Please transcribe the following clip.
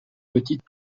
petite